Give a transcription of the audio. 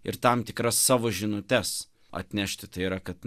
ir tam tikras savo žinutes atnešti tai yra kad